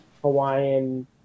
Hawaiian